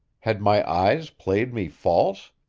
had my eyes played me false?